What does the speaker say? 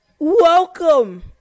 Welcome